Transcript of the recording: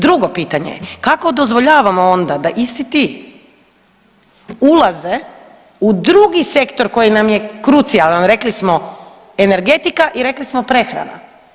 Drugo pitanje je, kako dozvoljavamo onda da isti ti ulaze u drugi sektor koji nam je krucijalan, rekli smo, energetika i rekli smo prehrana.